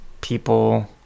people